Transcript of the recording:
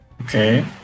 Okay